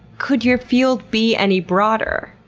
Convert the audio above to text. could your field be any broader?